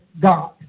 God